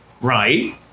right